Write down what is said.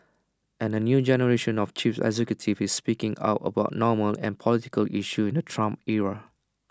and A new generation of chief executives is speaking out about normal and political issues in the Trump era